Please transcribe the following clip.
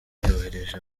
yohereje